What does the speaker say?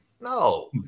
No